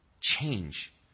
change